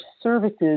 services